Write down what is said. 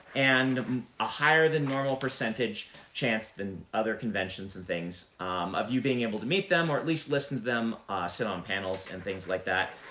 and a higher-than-normal percentage chance than other conventions and things of you being able to meet them, or at least listen to them ah sit on um panels and things like that.